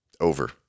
Over